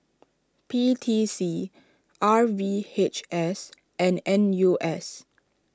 P T C R V H S and N U S